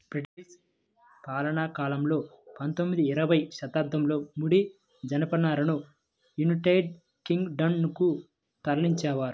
British పాలనాకాలంలో పందొమ్మిది, ఇరవై శతాబ్దాలలో ముడి జనపనారను యునైటెడ్ కింగ్ డం కు తరలించేవారు